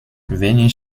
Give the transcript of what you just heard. wenig